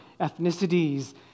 ethnicities